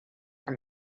from